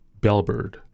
Bellbird